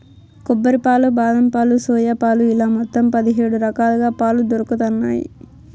కొబ్బరి పాలు, బాదం పాలు, సోయా పాలు ఇలా మొత్తం పది హేడు రకాలుగా పాలు దొరుకుతన్నాయి